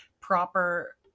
proper